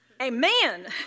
Amen